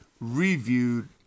reviewed